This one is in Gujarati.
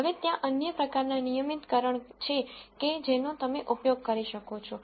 હવે ત્યાં અન્ય પ્રકારનાં રેગ્યુલરાઈઝેશન છે કે જેનો તમે ઉપયોગ કરી શકો છો